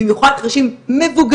במיוחד חרשים מבוגרים,